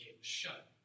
shut